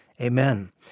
amen